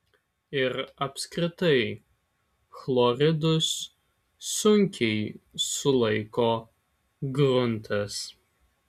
ir apskritai chloridus sunkiai sulaiko gruntas